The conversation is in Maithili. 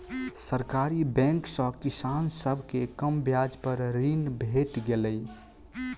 सरकारी बैंक सॅ किसान सभ के कम ब्याज पर ऋण भेट गेलै